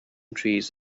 trees